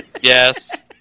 Yes